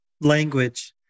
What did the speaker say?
language